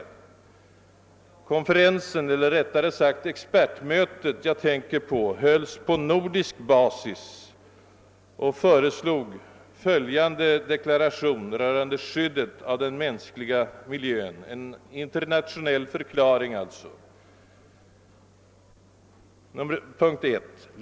Den konferens, eller rättare sagt det expertmöte, som jag tänker på, hölls på nordisk basis och föreslog följande deklaration rörande skyddet av den mänskliga miljön, en internationell förklaring alltså: »I.